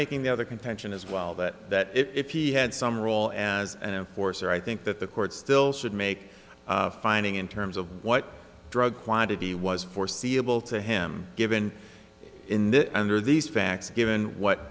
making the other contention as well that that if he had some role as an force there i think that the court still should make a finding in terms of what drug quantity was foreseeable to him given in the under these facts given what